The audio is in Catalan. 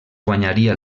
guanyaria